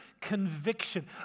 conviction